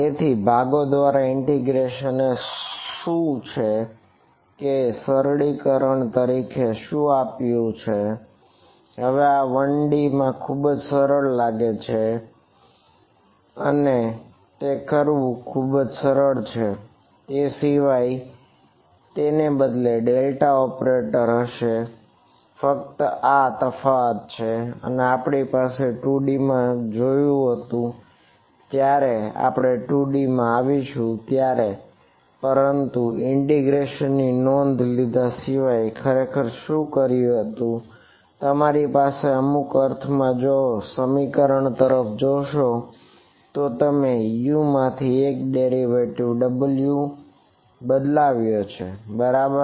તેથી ભાગો દ્વારા ઇન્ટિગ્રેશન એ શું છે કે સરળીકરણ તરીકે શું આપ્યું છે હવે આ 1D માં ખુબજ સરળ લાગે છે માં કરવું તે ખરેખર ખુબજ સરળ છે તે સિવાય ને બદલે ઓપરેટર W માં બદલાવ્યો છે બરાબર